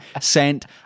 sent